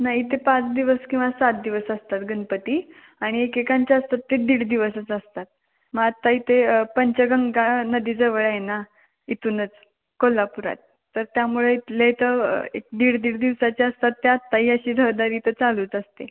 नाही इथे पाच दिवस किंवा सात दिवस असतात गणपती आणि एकेकांच्या असतात ते दीड दिवसच असतात मग आत्ता इथे पंचगंगा नदी जवळ आहे ना इथूनच कोल्हापुरात तर त्यामुळे इथले इथं एक दीड दीड दिवसाचे असतात ते आत्ताही अशी रहदारी इथं चालूच असते